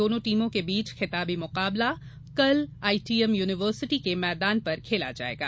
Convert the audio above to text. दोनों टीमों के बीच खिताबी मुकाबला कल आईटीएम यूनिवर्सिटी के मैदान पर खेला जाएगा